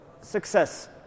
success